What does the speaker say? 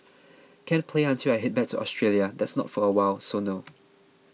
can't play until I head back to Australia that's not for awhile so no